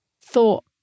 thought